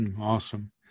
Awesome